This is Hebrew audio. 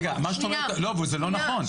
מה זאת אומרת זה לא נכון?